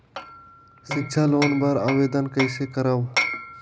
सिक्छा लोन बर आवेदन कइसे करव?